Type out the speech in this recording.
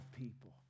people